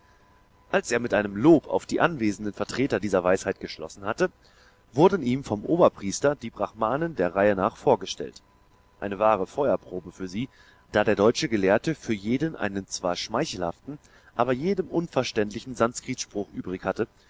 als er mit einem lob auf die anwesenden vertreter dieser weisheit geschlossen hatte wurden ihm vom oberpriester die brahmanen der reihe nach vorgestellt eine wahre feuerprobe für sie da der deutsche gelehrte für jeden einen zwar schmeichelhaften aber jedem unverständlichen sanskritspruch übrig hatte